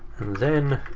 then.